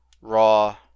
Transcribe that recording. Raw